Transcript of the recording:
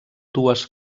dues